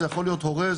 זה יכול להיות הורה,